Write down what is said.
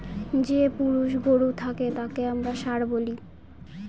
যে পুরুষ গরু থাকে তাকে আমরা ষাঁড় বলি